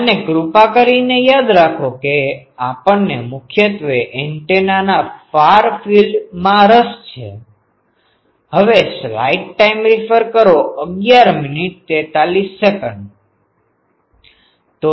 અને કૃપા કરીને યાદ રાખો કે આપણને મુખ્યત્વે એન્ટેનાના ફાર ફિલ્ડદુર ના ક્ષેત્રમાં રસ છે